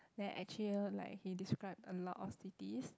then actually like he describe a lot of cities